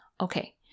Okay